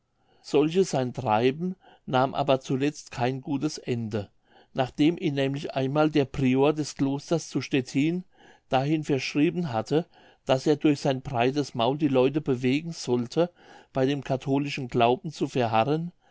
solches sein treiben nahm aber zuletzt kein gutes ende nachdem ihn nämlich einmal der prior des klosters zu stettin dahin verschrieben hatte daß er durch sein breites maul die leute bewegen sollte bei dem katholischen glauben zu verharren